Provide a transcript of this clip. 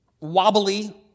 wobbly